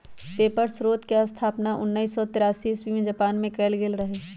paper स्रोतके स्थापना उनइस सौ तेरासी इस्बी में जापान मे कएल गेल रहइ